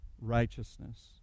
righteousness